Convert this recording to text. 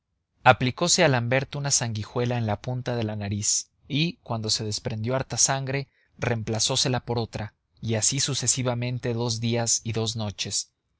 aplicose a l'ambert una sanguijuela en la punta de la nariz y cuando se desprendió harta de sangre reemplazósela por otra y así sucesivamente dos días y dos noches